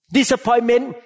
Disappointment